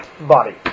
body